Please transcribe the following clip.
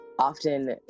Often